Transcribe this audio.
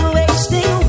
wasting